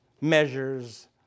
measures